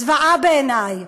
זוועה בעיני.